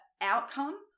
outcome